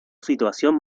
situación